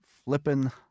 Flippin